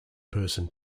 person